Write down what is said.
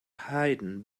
hidden